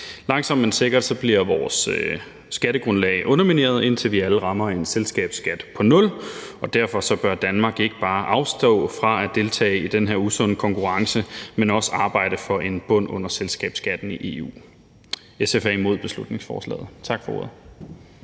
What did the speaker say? Langsomt, men sikkert bliver vores skattegrundlag undermineret, indtil vi alle rammer en selskabsskat på 0, og derfor bør Danmark ikke bare afstå fra at deltage i den her usunde konkurrence, men også arbejde for en bund under selskabsskatten i EU. SF er imod beslutningsforslaget. Tak for ordet.